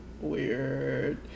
Weird